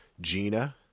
Gina